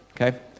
okay